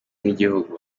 n’igihugu